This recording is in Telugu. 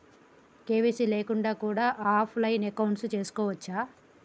కే.వై.సీ లేకుండా కూడా ఆఫ్ లైన్ అకౌంట్ తీసుకోవచ్చా?